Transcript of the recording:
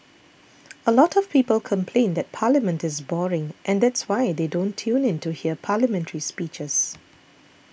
a lot of people complain that Parliament is boring and that's why they don't tune in to hear Parliamentary speeches